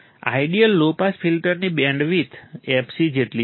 ideal low pass ફિલ્ટરની bandwidth fc જેટલી છે